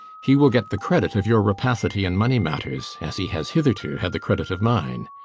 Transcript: he will get the credit of your rapacity in money matters, as he has hitherto had the credit of mine.